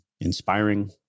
inspiring